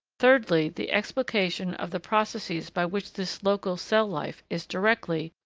thirdly, the explication of the processes by which this local cell-life is directly,